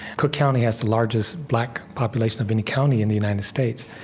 cook county has the largest black population of any county in the united states,